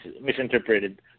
misinterpreted